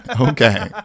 Okay